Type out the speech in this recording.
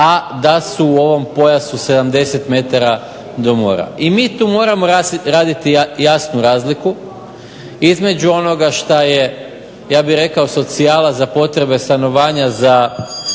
a da su u ovom pojasu 70 metara do mora. I mi tu moramo raditi jasnu razliku, između onoga što je ja bih rekao socijala za potrebe stanovanja za